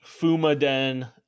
Fumaden